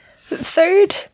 third